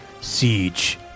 siege